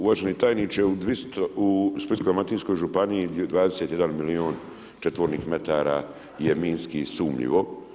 Uvaženi tajniče u Splitsko-dalmatinskoj županiji 21 milijun četvornih metara je minski sumnjivo.